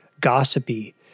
gossipy